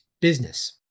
business